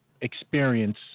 experience